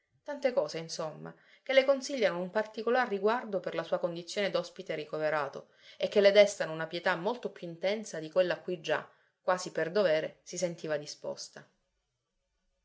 tante cose insomma che le consigliano un particolar riguardo per la sua condizione d'ospite ricoverato e che le destano una pietà molto più intensa di quella a cui già quasi per dovere si sentiva disposta